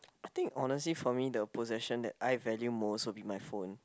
I think honestly for me the possession that I value most will be my phone